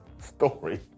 story